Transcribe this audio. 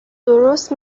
درست